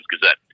Gazette